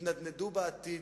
יתנדנדו בעתיד,